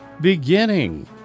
beginning